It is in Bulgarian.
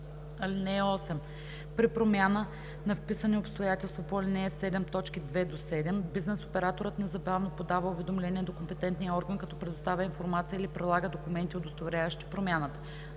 (8) При промяна на вписани обстоятелства по ал. 7, т. 2 – 7 бизнес операторът незабавно подава уведомление до компетентния орган, като предоставя информация или прилага документи, удостоверяващи промяната.